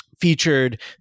featured